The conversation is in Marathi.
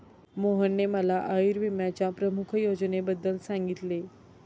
मोहनने मला आयुर्विम्याच्या प्रमुख योजनेबद्दल सांगितले